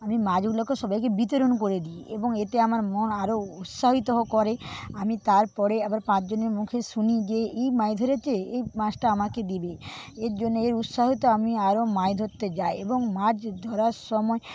আমি মাছগুলাকে সবাইকে বিতরণ করে দিই এবং এতে আমার মন আরও উৎসাহিত করে আমি তারপরে আবার পাঁচ জনের মুখে শুনি যে এই মাছ ধরেছে এই মাছটা আমাকে দিবি এর জন্য এর উৎসাহতে আমি আরও মাছ ধরতে যাই এবং মাছ ধরার সময়